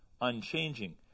unchanging